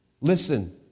Listen